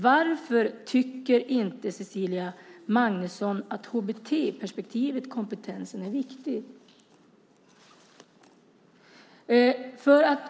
Varför tycker Cecilia Magnusson inte att HBT-perspektivet och den kompetensen är viktigt?